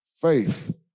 Faith